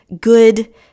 good